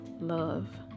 love